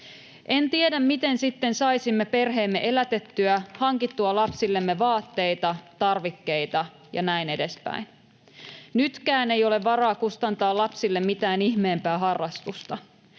En tiedä, miten sitten saisimme perheemme elätettyä, hankittua lapsillemme vaatteita, tarvikkeita ja näin edespäin. Nytkään ei ole varaa kustantaa lapsille mitään ihmeempää harrastusta.